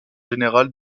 général